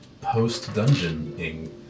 post-dungeoning